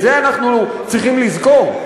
את זה אנחנו צריכים לזכור.